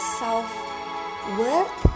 self-worth